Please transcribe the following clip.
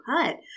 cut